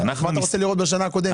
אז מה אתה רוצה לראות בשנה הקודמת?